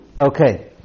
Okay